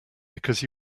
because